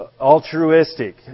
altruistic